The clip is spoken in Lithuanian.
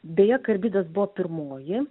beje karbidas buvo pirmoji